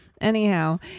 Anyhow